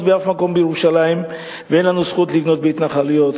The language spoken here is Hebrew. באף מקום בירושלים ואין לנו זכות לבנות בהתנחלויות.